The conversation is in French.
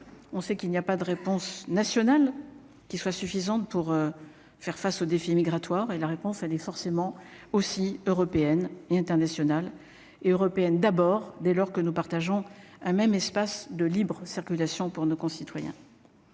on sait qu'il n'y a pas de réponse nationale. Qu'qui soit suffisante pour faire face au défi migratoire et la réponse, elle est forcément aussi européenne et internationale et européenne d'abord, dès lors que nous partageons un même espace de libre-circulation pour nos concitoyens.